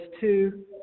two